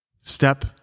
step